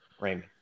Raymond